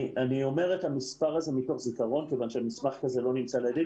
אני אומר את המספר הזה מתוך זיכרון כיוון שמסמך כזה לא נמצא לידי.